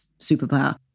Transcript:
superpower